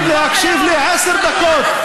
לא יכולים להקשיב לי עשר דקות,